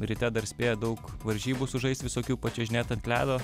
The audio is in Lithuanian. ryte dar spėja daug varžybų sužaist visokių pačiuožinėt ant ledo